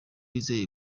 yizeye